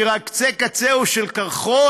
שהיא רק קצה-קצהו של קרחון,